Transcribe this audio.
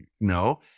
No